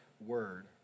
Word